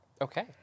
Okay